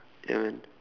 ya man